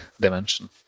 dimension